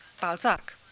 Balzac